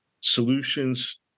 solutions